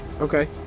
Okay